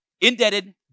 indebted